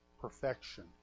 perfection